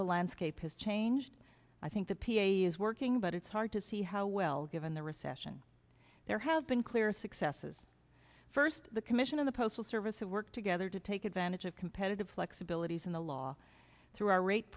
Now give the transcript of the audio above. the landscape has changed i think the p a is working but it's hard to see how well given the recession there have been clear successes first the commission of the postal service has worked together to take advantage of competitive flexibilities in the law through our ra